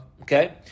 Okay